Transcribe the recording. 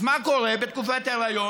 אז מה קורה בתקופת היריון?